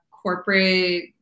corporate